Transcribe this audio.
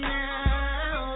now